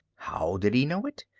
how did he know it?